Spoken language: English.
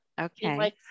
okay